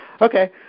Okay